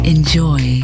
Enjoy